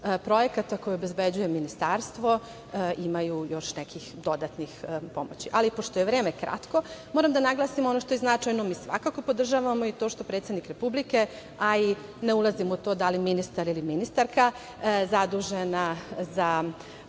projekata koje obezbeđuje ministarstvo, imaju još nekih dodatnih pomoći. Ali, pošto je vreme kratko, moram da naglasim ono što je značajno, mi svakako podržavamo i to što predsednik Republike, a i ne ulazim u to da li ministar ili ministarka zadužena za